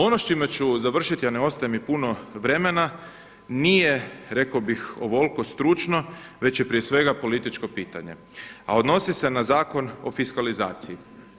Ono s čime ću završiti, a ne ostaje mi puno vremena, nije rekao bih ovoliko stručno već je prije svega političko pitanje a odnosi se na Zakon o fiskalizaciji.